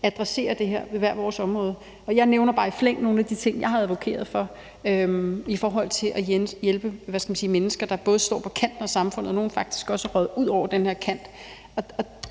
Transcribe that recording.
altså inden for hver vores område. Jeg nævner bare i flæng nogle af de ting, jeg har advokeret for i forhold til at hjælpe mennesker, der både står på kanten af samfundet og i nogle tilfælde faktisk også er røget ud over den her kant.